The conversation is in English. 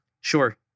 Sure